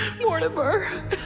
Mortimer